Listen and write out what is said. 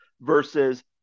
versus